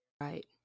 Right